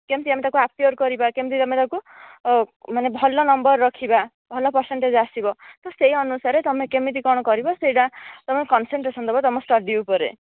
କେମିତି ଆମେ ତାକୁ ଆପିଆର କରିବା କେମିତି ତମେ ତାକୁ ମାନେ ଭଲ ନମ୍ବର ରଖିବା ଭଲ ପରସେଣ୍ଟେଜ ଆସିବ ତ ସେହି ଅନୁସାରେ ତମେ କେମିତି କ'ଣ କରିବ ସେହିଟା ତୁମେ କନସେନଟ୍ରେସନ ଦେବ ତମ ଷ୍ଟଡ଼ି ଉପରେ